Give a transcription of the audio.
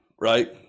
right